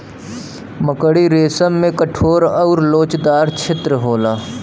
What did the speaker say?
मकड़ी रेसम में कठोर आउर लोचदार छेत्र होला